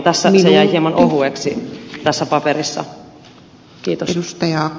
se jäi hieman ohueksi tässä paperissa